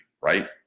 right